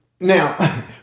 Now